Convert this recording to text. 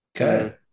okay